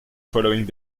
following